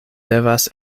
devas